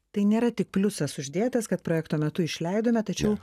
tai nėra tik pliusas uždėtas kad projekto metu išleidome tačiau